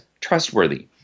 trustworthy